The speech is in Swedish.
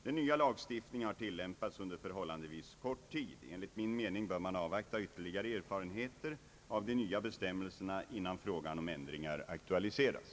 Den nya lagstiftningen har tillämpats under förhållandevis kort tid. Enligt min mening bör man avvakta ytterligare erfarenheter av de nya bestämmelserna innan frågan om ändringar aktualiseras.